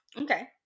Okay